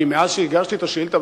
כי מאז הגשתי את השאילתא,